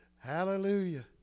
Hallelujah